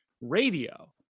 radio